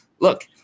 look